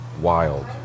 wild